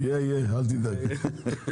יהיה, אל תדאג.